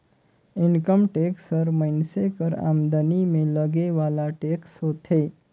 income tax हर मइनसे कर आमदनी में लगे वाला टेक्स होथे